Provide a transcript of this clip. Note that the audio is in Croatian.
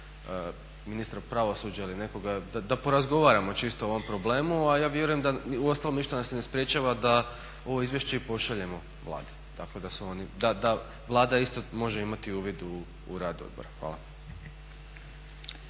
ministra pravosuđa ili nekoga da porazgovaramo čisto o ovom problemu, a ja vjerujem da, u ostalom ništa nas ne sprječava da ovo izvješće i pošaljemo Vladi. Tako da su oni, da Vlada isto može imati uvid u rad odbora. Hvala.